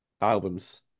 albums